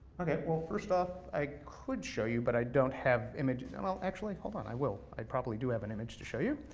okay, well first off, i could show you, but i don't have images. and actually hold on, i will, i probably do have an image to show you.